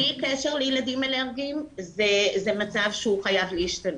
בלי קשר לילדים אלרגיים זה מצב שחייב להשתנות.